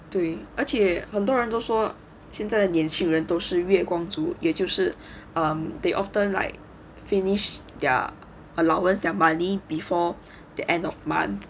对而且很多人都说现在的年轻人都是月光族 okay 就是 um they often like finish their allowance their money before the end of month